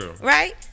Right